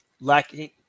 lacking